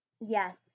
Yes